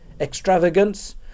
Extravagance